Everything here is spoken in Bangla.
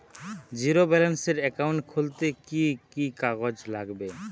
জীরো ব্যালেন্সের একাউন্ট খুলতে কি কি কাগজ লাগবে?